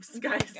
guys